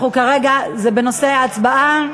אנחנו כרגע, זה בנושא ההצבעה?